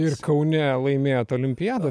ir kaune laimėjot olimpiadą